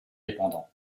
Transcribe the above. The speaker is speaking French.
indépendant